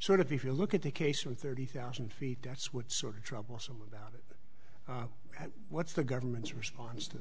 sort of if you look at the case from thirty thousand feet that's what sort of troublesome about it what's the government's response to